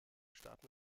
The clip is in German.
starten